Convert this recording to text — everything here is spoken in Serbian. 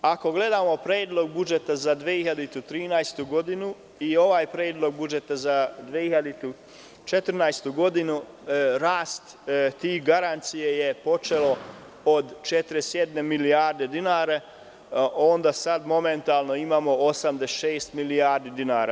Ako gledamo Predlog budžeta za 2013. godinu i Predlog budžeta za 2014. godinu rast tih garancija je počeo od 41 milijarde dinara, a sada momentalno imamo 86 milijardi dinara.